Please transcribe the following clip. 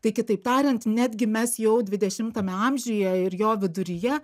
tai kitaip tariant netgi mes jau dvidešimtame amžiuje ir jo viduryje